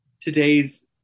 today's